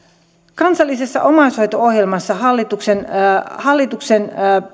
kansallisessa omaishoito ohjelmassa hallituksen hallituksen